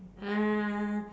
uh